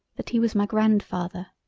that he was my grandfather.